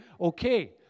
okay